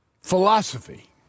Philosophy